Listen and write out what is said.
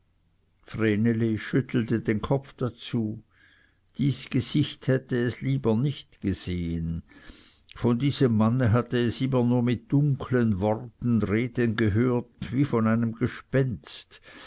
schüttelte den kopf dazu dies gesicht hätte es lieber nicht gesehen von diesem manne hatte es immer nur mit dunkeln worten reden gehört als wie von einem gespenst